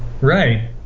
Right